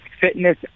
fitness